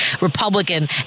Republican